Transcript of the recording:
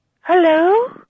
Hello